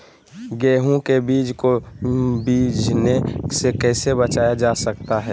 गेंहू के बीज को बिझने से कैसे बचाया जा सकता है?